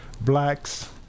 blacks